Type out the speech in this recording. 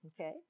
Okay